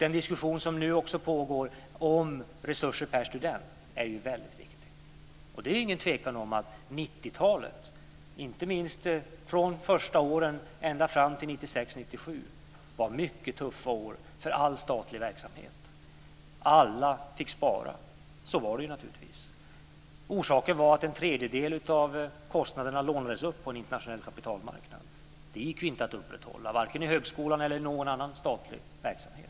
Den diskussion som nu också pågår om resurser per student är viktig. Det är inget tvivel om att 90-talet, inte minst från de första åren till 1996-1997, var mycket tuffa år för all statlig verksamhet. Alla fick spara. Orsaken var att en tredjedel av kostnaderna lånades upp på en internationell kapitalmarknad. Det gick inte att upprätthålla, varken i högskolan eller i någon annan statlig verksamhet.